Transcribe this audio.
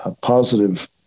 positive